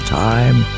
time